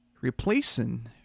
replacing